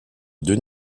deux